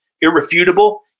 irrefutable